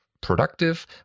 productive